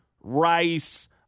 rice